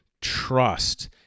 Trust